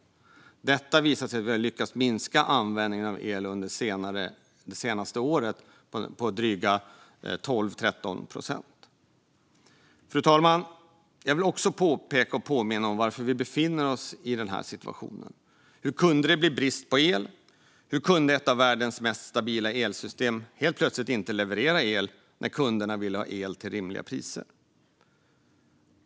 Det har också visat sig att Sverige faktiskt har lyckats minska användningen av el under det senaste året med drygt 12 procent. Fru talman! Jag vill också påminna om varför befinner vi oss i denna situation. Hur kunde det bli brist på el? Hur kunde ett av världens mest stabila elsystem helt plötsligt inte leverera el när kunderna ville ha el till rimliga priser?